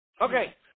Okay